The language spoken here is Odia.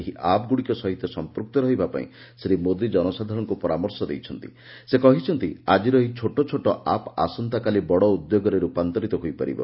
ଏହି ଆପ୍ ଗୁ ସହିତ ସମ୍ମୁକ୍ତ ରହିବା ପାଇଁ ଶ୍ରୀ ମୋଦୀ ଜନସାଧାରଶଙ୍କୁ ପରାମର୍ଶ ଦେଇଛନ୍ତି ସେ କହିଛନ୍ତି ଆକିର ଏହି ଛୋଟ ଛୋଟ ଆପ୍ ଆସନ୍ତାକାଲି ବଡ଼ ଉଦ୍ୟୋଗରେ ର୍ ପାନ୍ତରିତ ହୋଇପାରିବ